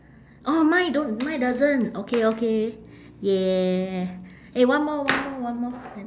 oh mine don't mine doesn't okay okay !yay! eh one more one more one more